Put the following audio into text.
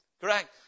Correct